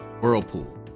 whirlpool